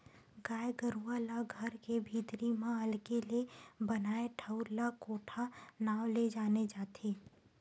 गाय गरुवा ला घर के भीतरी म अलगे ले बनाए ठउर ला कोठा नांव ले जाने जाथे